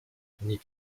nic